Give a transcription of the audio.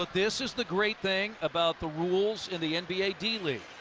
this is the great thing about the rules in the nba d-league.